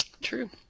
true